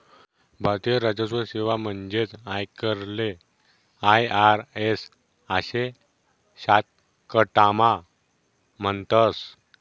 भारतीय राजस्व सेवा म्हणजेच आयकरले आय.आर.एस आशे शाटकटमा म्हणतस